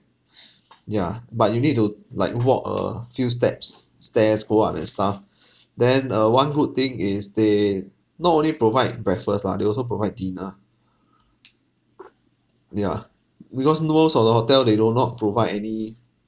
yeah but you need to like walk a few steps stairs go up and stuff then uh one good thing is they not only provide breakfast lah they also provide dinner yeah because most of the hotel they do not provide any